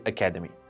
Academy